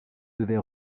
devait